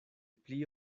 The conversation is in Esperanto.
pli